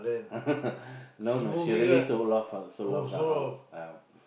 no no she already sold off her sold off the house